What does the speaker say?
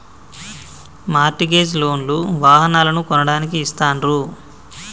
mart gauge loan లు వాహనాలను కొనడానికి ఇస్తాండ్రు